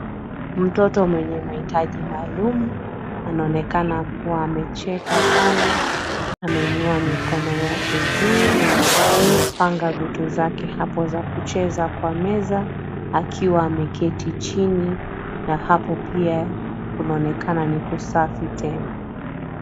Mtoto mwenye mahitaji maalum, anaonekana kuwa amecheka sana, ameinua mikono yake juu, anapanga vitu zake hapo za kucheza kwa meza, akiwa ameketi chini, na hapo pia, kunaonekana ni kusafi tena.